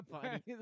funny